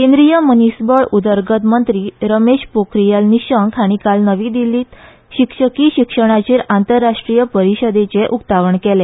केंद्रिय मनीसबळ उदरगत मंत्री रमेश पोखरीयाल निशंक हाणी काल नवी दिल्लीत शिक्षकी शिक्षणाचेर आंतरराष्ट्रीय परिषदेचे उक्तावण केले